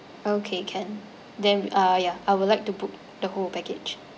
okay can then uh ya I would like to book the whole package